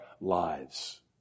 lives